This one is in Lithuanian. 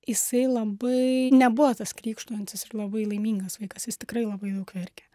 jisai labai nebuvo tas krykštaujantis ir labai laimingas vaikas jis tikrai labai daug verkė